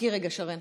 ניקיתם?